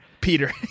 Peter